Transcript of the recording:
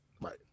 Right